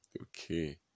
Okay